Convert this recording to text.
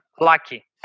lucky